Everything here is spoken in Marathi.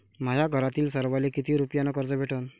माह्या घरातील सर्वाले किती रुप्यान कर्ज भेटन?